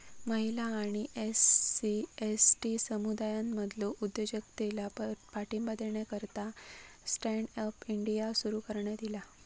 महिला आणि SC, ST समुदायांमधलो उद्योजकतेला पाठिंबा देण्याकरता स्टँड अप इंडिया सुरू करण्यात ईला